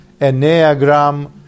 Enneagram